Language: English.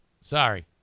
Sorry